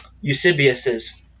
Eusebius's